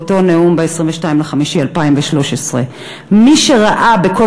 באותו נאום ב-22 במאי 2013. מי שראה בכל